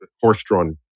Horse-drawn